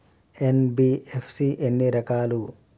NBFC ఎన్ని రకాలు?